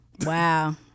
Wow